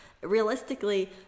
realistically